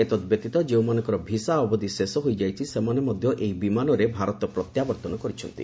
ଏତଦ୍ ବ୍ୟତୀତ ଯେଉଁମାନଙ୍କର ଭିସା ଅବଧି ଶେଷ ହୋଇଯାଇଛି ସେମାନେ ମଧ୍ୟ ଏହି ବିମାନରେ ଭାରତ ପ୍ରତ୍ୟାବର୍ତ୍ତନ କରିଛନ୍ତି